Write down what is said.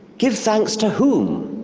give thanks to whom,